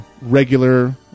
regular